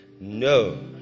No